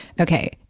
okay